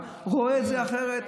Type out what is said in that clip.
רואים את זה אחרת.